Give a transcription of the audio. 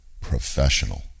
professional